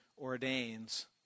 ordains